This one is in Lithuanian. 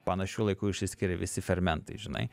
panašiu laiku išsiskiria visi fermentai žinai